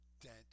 dent